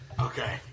Okay